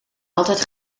altijd